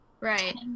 Right